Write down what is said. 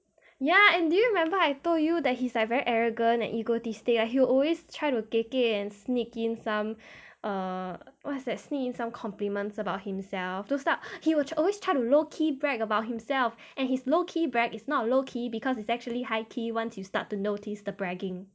ya and do you remember I told you that he's like very arrogant and egoistic like he will always try to geh geh and sneak in some err what's that sneak in some compliments about himself those type he was always try to lowkey brag about himself and his lowkey brag it's not lowkey because it's actually high key once you start to notice the bragging